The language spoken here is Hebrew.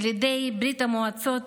ילידי ברית המועצות,